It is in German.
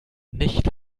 nicht